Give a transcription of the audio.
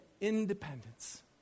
independence